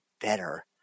better